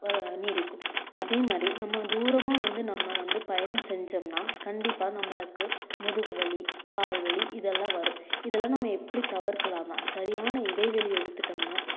நீடிக்கும் அதேமாதிரி நம்ம தூரமாக வந்து நம்ம வந்து பயணம் செஞ்சம்ன்னா கண்டிப்பாக நம்மளுக்கு முதுகு வலி கால் வலி இதலாம் வரும் இதலாம் நம்ம எப்படி தவிர்க்கலான்னா சரியான இடைவெளி எடுத்துகிட்டம்னா